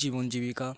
জীবন জীবিকা